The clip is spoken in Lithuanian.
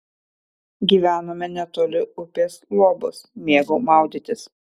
gyvenome netoli upės luobos mėgau maudytis